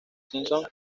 simpson